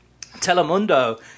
Telemundo